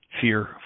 fear